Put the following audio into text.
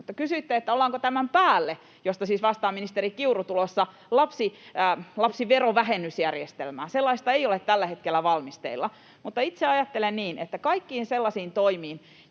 Mutta kysyitte, onko tämän päälle — mistä siis vastaa ministeri Kiuru — tulossa lapsiverovähennysjärjestelmää. Sellaista ei ole tällä hetkellä valmisteilla, mutta itse ajattelen niin, että kaikkia sellaisia toimia,